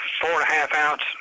four-and-a-half-ounce